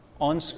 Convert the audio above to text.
on